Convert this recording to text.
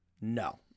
No